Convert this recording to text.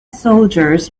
soldiers